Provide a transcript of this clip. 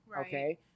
okay